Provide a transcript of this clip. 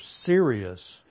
serious